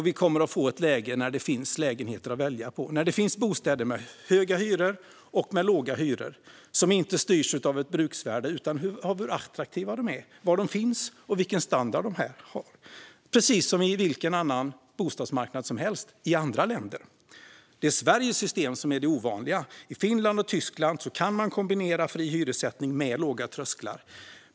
Vi kommer att få ett läge där det finns lägenheter att välja på och där det finns bostäder med höga och med låga hyror, som inte styrs av ett bruksvärde utan av hur attraktiva bostäderna är, var de finns och vilken standard de har - precis som på vilken bostadsmarknad som helst i andra länder. Det är Sveriges system som är ovanligt. I Finland och Tyskland kan man kombinera fri hyressättning med låga trösklar.